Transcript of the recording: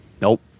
nope